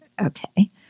okay